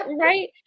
Right